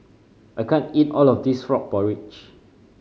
I can't eat all of this frog porridge